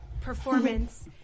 performance